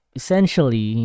essentially